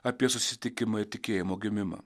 apie susitikimą ir tikėjimo gimimą